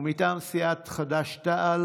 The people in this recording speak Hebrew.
מטעם סיעת הליכוד,